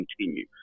continue